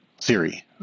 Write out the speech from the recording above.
Siri